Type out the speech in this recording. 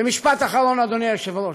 ומשפט אחרון, אדוני היושב-ראש,